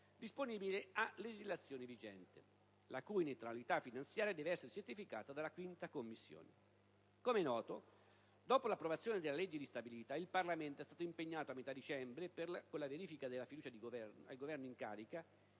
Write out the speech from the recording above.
disponibili a legislazione vigente, la cui neutralità finanziaria deve essere certificata dalla 5a Commissione permanente. Com'è noto, dopo l'approvazione della legge di stabilità il Parlamento è stato impegnato, a metà dicembre, con la verifica della fiducia al Governo in carica